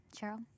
Cheryl